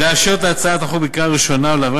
לאשר את הצעת החוק בקריאה ראשונה ולהעבירה